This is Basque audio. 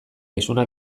isunak